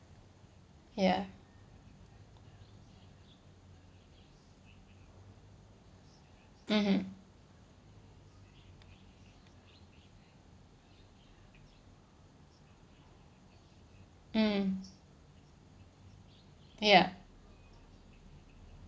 ya mmhmm mm ya